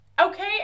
Okay